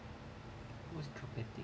most traumatic